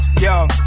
yo